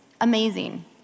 amazing